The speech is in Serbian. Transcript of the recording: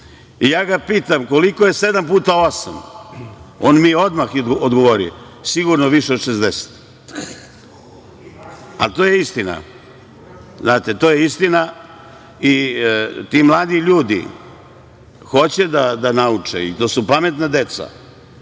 ja ga pitam - koliko je sedam puta osam, on mi je odmah odgovorio - sigurno više od 60. To je istina, znate, to je istina i ti mladi ljudi hoće da nauče i to su pametna deca,